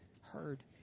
heard